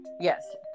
Yes